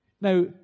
Now